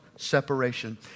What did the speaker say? Separation